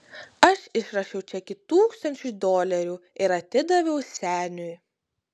aš išrašiau čekį tūkstančiui dolerių ir atidaviau seniui